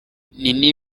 nini